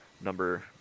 number